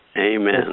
Amen